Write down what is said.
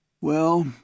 Well